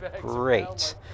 Great